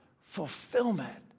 fulfillment